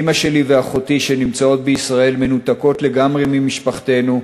אימא שלי ואחותי שנמצאות בישראל מנותקות לגמרי ממשפחתנו,